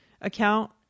account